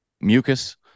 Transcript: Mucus